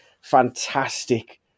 fantastic